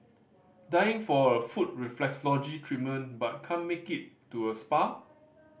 dying for a foot reflexology treatment but can't make it to a spa